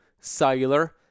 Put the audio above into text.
cellular